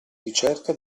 ricerca